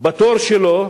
בתור שלו,